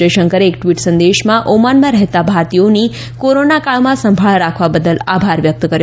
જયશંકરે એક ટ્વીટ સંદેશમાં ઓમાનમાં રહેતા ભારતીયોની કોરોના કાળમાં સંભાળ રાખવા બદલ આભાર વ્યક્ત કર્યો હતો